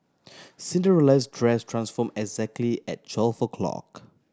Cinderella's dress transform exactly at twelve o'clock